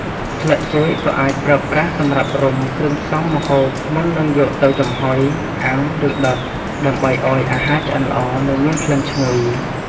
ស្លឹកចេកក៏អាចប្រើប្រាស់សម្រាប់រុំ គ្រឿងផ្សំម្ហូប មុននឹងយកទៅចំហុយ អាំង ឬដុត ដើម្បីឱ្យអាហារឆ្អិនល្អ និងមានក្លិនឈ្ងុយ។